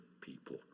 people